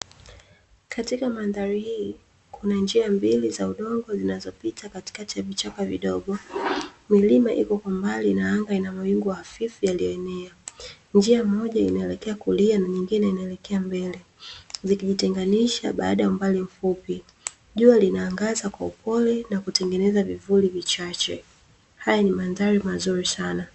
Katika mandhari hii kuna njia mbili za udongo zinazopita katikati ya vichaka vidogo. Milima ipo kwa mbali na anga inamawingu hafifu yaliyoenea. Njia moja inayoelekea kulia na nyingine inaelekea mbele zikijitenganisha baada ya umbali mfupi. Jua linaangaza kwa upole na kutengeneza vivuli vichache haya ni madhari mazuri sana.